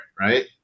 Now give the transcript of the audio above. right